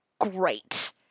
Great